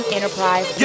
Enterprise